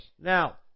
Now